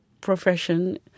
profession